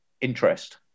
interest